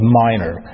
minor